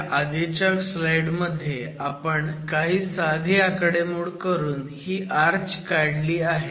आपल्या आधीच्या स्लाईड मध्ये आपण काही साधी आकडेमोड करून ही आर्च काढली आहे